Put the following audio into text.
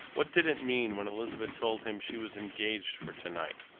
what did it mean when elizabeth told him she was engaged for to-night?